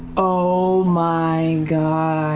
oh my and